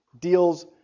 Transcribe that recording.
deals